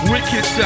Wicked